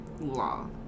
Law